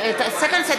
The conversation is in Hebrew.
קצת שקט,